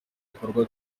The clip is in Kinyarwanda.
bikorwa